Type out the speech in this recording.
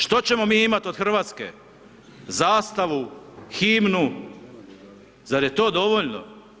Što ćemo mi imati od Hrvatske, zastavu, himnu, zar je to dovoljno.